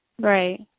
Right